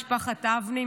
משפחת אבני,